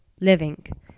living